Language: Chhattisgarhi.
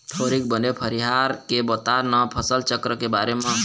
थोरिक बने फरियार के बता न फसल चक्र के बारे म